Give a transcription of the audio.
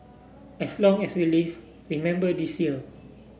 as long as we live remember this year